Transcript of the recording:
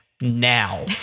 now